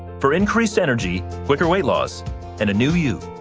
for increased energy, quicker weight loss and a new you.